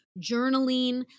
journaling